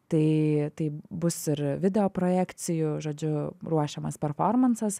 tai tai bus ir video projekcijų žodžiu ruošiamas performansas